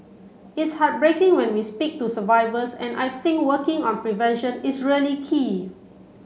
it's heartbreaking when we speak to survivors and I think working on prevention is really key